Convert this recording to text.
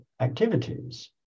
activities